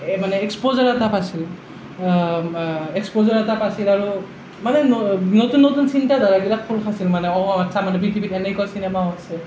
এই মানে এক্সপ'জাৰ এটা পাইছিল এক্সপ'জাৰ এটা পাইছিল আৰু মানে নতুন নতুন চিন্তা ধাৰাবিলাক খোল খাইছিল মানে আচ্চা মানে পৃথিৱীত এনেকুৱা চিনেমাও আছে